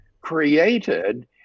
created